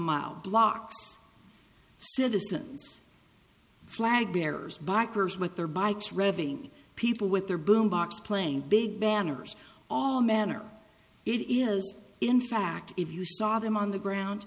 mile blocks citizens flag bearers bikers with their bikes revving people with their boom box playing big banners all manner it is in fact if you saw them on the ground